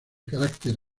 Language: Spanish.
carácter